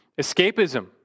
escapism